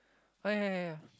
oh ya ya ya